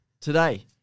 Today